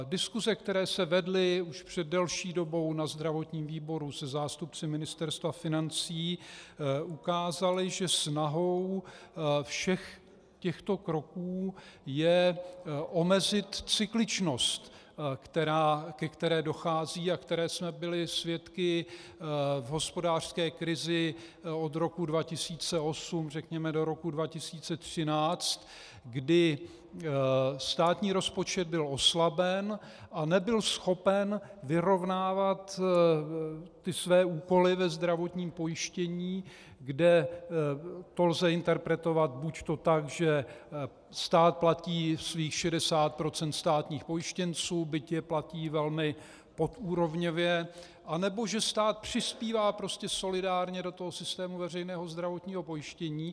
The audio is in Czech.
Diskuse, které se vedly už před delší dobou na zdravotním výboru se zástupci Ministerstva financí, ukázaly, že snahou všech těchto kroků je omezit cykličnost, ke které dochází a které jsme byli svědky v hospodářské krizi od roku 2008 řekněme do roku 2013, kdy státní rozpočet byl oslaben a nebyl schopen vyrovnávat své úkoly ve zdravotním pojištění, kde to lze interpretovat buďto tak, že stát platí i svých 60 % státních pojištěnců, byť je platí velmi podúrovňově, anebo že stát přispívá prostě solidárně do toho systému veřejného zdravotního pojištění.